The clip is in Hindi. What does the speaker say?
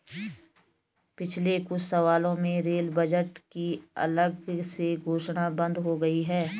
पिछले कुछ सालों में रेल बजट की अलग से घोषणा बंद हो गई है